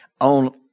on